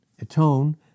atone